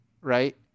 right